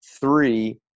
three